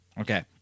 okay